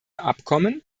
abkommen